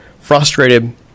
frustrated